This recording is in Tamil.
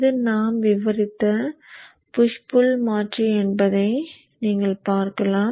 இது நாம் விவாதித்த புஷ் புள் மாற்றி என்பதை நீங்கள் பார்க்கலாம்